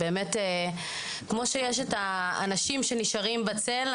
כמו שיש האנשים שנשארים בצל,